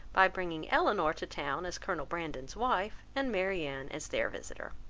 by bringing elinor to town as colonel brandon's wife, and marianne as their visitor.